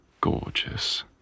gorgeous